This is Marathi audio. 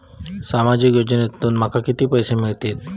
सामाजिक योजनेसून माका किती पैशे मिळतीत?